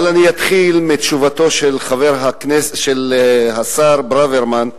אבל אני אתחיל מתשובתו של השר ברוורמן,